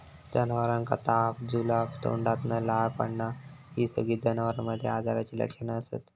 जनावरांका ताप, जुलाब, तोंडातना लाळ पडना हि सगळी जनावरांमध्ये आजाराची लक्षणा असत